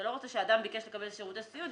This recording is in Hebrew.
אתה לא רוצה שאדם ביקש לקבל שירותי סיעוד,